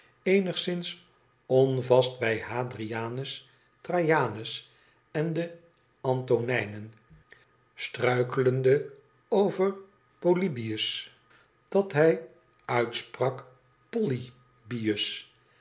onvast bij hadrianus trajanus en de antonijnen struikelende over polybius dat hij uitsprak pouy bius